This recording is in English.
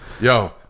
Yo